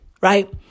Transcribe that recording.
right